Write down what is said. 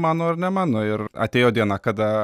mano ar ne mano ir atėjo diena kada